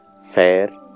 fair